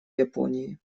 японии